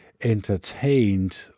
entertained